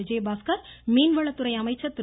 விஜய பாஸ்கர் மீன் வளத்துறை அமைச்சர் திரு